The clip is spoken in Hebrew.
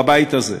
בבית הזה.